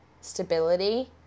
stability